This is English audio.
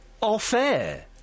off-air